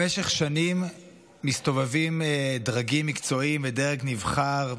במשך שנים מסתובבים דרגים מקצועיים ודרג נבחר,